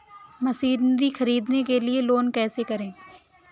Machinery ख़रीदने के लिए लोन कैसे करें?